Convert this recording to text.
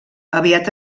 aviat